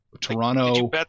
Toronto